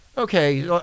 Okay